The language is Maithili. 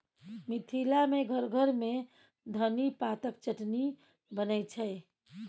मिथिला मे घर घर मे धनी पातक चटनी बनै छै